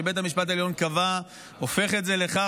שבית המשפט העליון קבע הופך את זה לכך